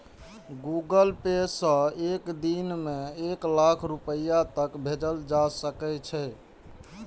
Google Pay सं एक दिन मे एक लाख रुपैया तक भेजल जा सकै छै